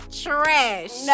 trash